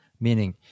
Meaning